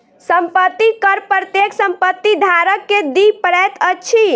संपत्ति कर प्रत्येक संपत्ति धारक के दिअ पड़ैत अछि